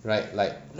right like